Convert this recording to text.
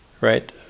right